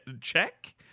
check